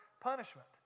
punishment